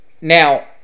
now